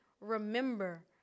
remember